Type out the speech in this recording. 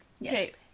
Yes